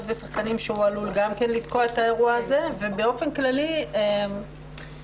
ושחקנים שעלול גם לתקוע את האירוע הזה ובאופן כללי --- ועוד